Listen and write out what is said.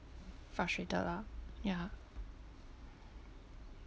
frustrated lah ya